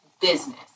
business